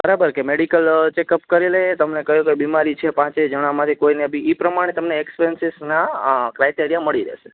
બરાબર કે medical checkup કરી લઈએ તમને કઈ કઈ બીમારી છે પાંચેય જણામાંથી કોઈને બી ઇ પ્રમાણે તમને એક્સપેન્સિસના ક્રાઇટ એરિયા મળી રેશે